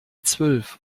zwölf